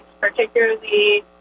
particularly